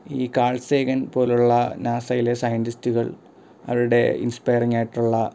ഈ Carl Sagan പോലെയുള്ള നാസയിലെ സയൻറ്റിസ്റ്റുകൾ അവരുടെ ഇൻസ്പയറിങ്ങായിട്ടുള്ള